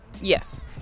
Yes